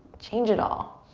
change it all.